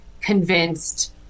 convinced